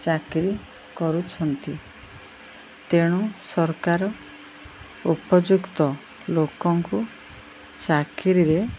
ଚାକିରି କରୁଛନ୍ତି ତେଣୁ ସରକାର ଉପଯୁକ୍ତ ଲୋକଙ୍କୁ ଚାକିରିରେ